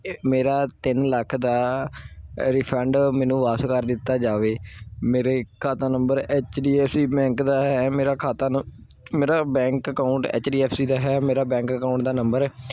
ਮੇਰਾ ਤਿੰਨ ਲੱਖ ਦਾ ਰਿਫੰਡ ਮੈਨੂੰ ਵਾਪਸ ਕਰ ਦਿੱਤਾ ਜਾਵੇ ਮੇਰੇ ਖਾਤਾ number H D F C bank ਦਾ ਹੈ ਮੇਰਾ ਖਾਤਾ ਮੇਰਾ bank account H D F C ਦਾ ਹੈ ਮੇਰਾ ਬੈਂਕ ਅਕਾਉਂਟ ਦਾ ਨੰਬਰ